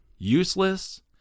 useless